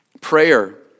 Prayer